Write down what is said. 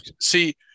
see